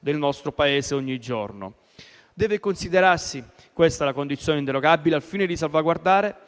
del nostro Paese ogni giorno). Deve considerarsi questa la condizione inderogabile al fine di salvaguardare